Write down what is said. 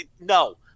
No